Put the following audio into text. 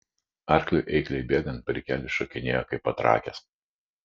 arkliui eikliai bėgant brikelis šokinėjo kaip patrakęs